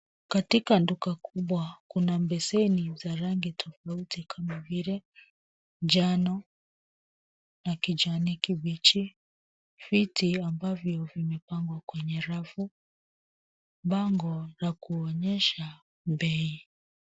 Katika duka kubwa kuna beseni za rangi tofauti kama vile njano na kijani kibichi, viti ambavyo vimepangwa kwenye rafu, bango la kuonyesha bei.